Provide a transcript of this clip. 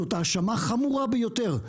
זאת האשמה חמורה ביותר.